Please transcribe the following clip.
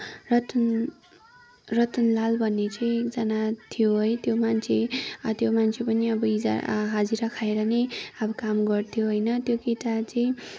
रतन रतनलाल भन्ने चाहिँ एकजना थियो है त्यो मान्छे त्यो मान्छे पनि अब हिजा हाजिरा खाएर नै अब काम गर्थ्यो होइन त्यो केटा चाहिँ